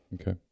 Okay